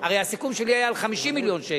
הרי הסיכום שלי היה על 50 מיליון שקל,